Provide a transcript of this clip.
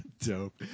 Dope